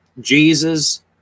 Jesus